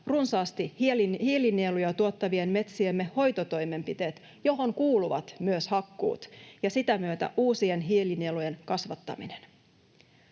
runsaasti hiilinieluja tuottavien metsiemme hoitotoimenpiteitä, joihin kuuluvat myös hakkuut ja sitä myötä uusien hiilinielujen kasvattaminen.